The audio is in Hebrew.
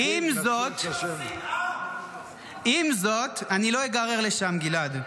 עם זאת, אני לא איגרר לשם, גלעד.